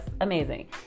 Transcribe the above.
amazing